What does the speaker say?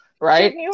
Right